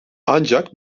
ancak